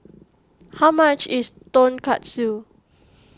how much is Tonkatsu